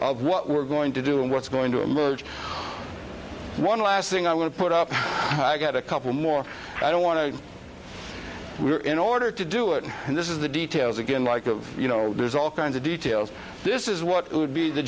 of what we're going to do and what's going to emerge one last thing i want to put up i've got a couple more i don't want to we're in order to do it and this is the details again like of you know there's all kinds of details this is what would be the